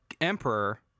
emperor